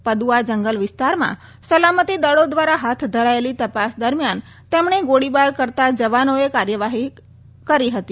પદ્દઆ જંગલ વિસ્તારમાં સલામતિ દળો દ્વારા હાથ ધરાયેલી તપાસ દરમિયાન તેમણે ગોળીબાર કરતાં જવાનોએ કાર્યવાહી કરી હતી